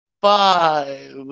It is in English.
five